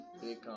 Big